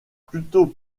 plutôt